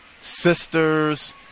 sisters